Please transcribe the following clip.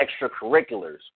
extracurriculars